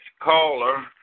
caller